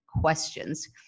questions